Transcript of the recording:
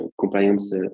compliance